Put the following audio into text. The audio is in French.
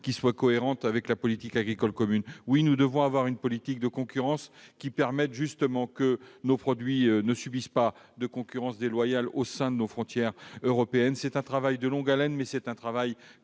cohérente avec la politique agricole commune ! Oui, nous devons avoir une politique de concurrence permettant que nos produits ne subissent pas de concurrence déloyale au sein de nos frontières européennes ! C'est un travail de longue haleine, mais nous le menons